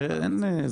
כן,